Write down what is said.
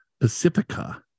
Pacifica